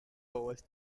was